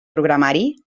programari